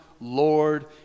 Lord